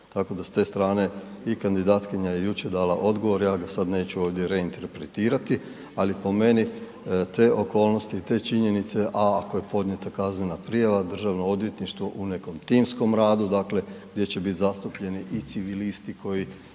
tako da s te strane i kandidatkinja je jučer dala odgovor, ja ga sad neću ovdje reinterpretirati, ali po meni te okolnosti i te činjenice, a ako je podnijeta kaznena prijava, DORH u nekom timskom radu, dakle, gdje će biti zastupljeni i civilisti koji